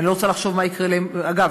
אגב,